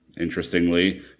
Interestingly